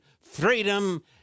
freedom